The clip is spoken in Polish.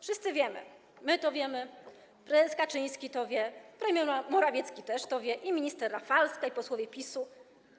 Wszyscy wiemy - my to wiemy, prezes Kaczyński to wie, premier Morawicki też to wie i minister Rafalska, i posłowie PiS-u,